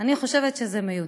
אני חושבת שזה מיותר.